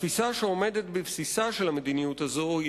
התפיסה שעומדת בבסיסה של המדיניות הזאת היא